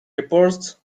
reports